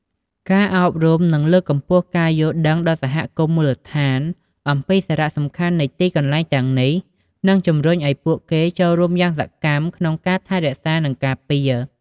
ការអប់រំ និងលើកកម្ពស់ការយល់ដឹងដល់សហគមន៍មូលដ្ឋានអំពីសារៈសំខាន់នៃទីកន្លែងទាំងនេះ នឹងជំរុញឱ្យពួកគេចូលរួមយ៉ាងសកម្មក្នុងការថែរក្សា និងការពារ។